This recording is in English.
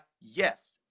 yes